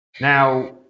Now